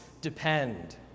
depend